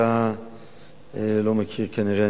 אתה לא מכיר כנראה,